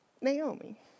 Naomi